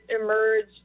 emerge